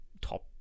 top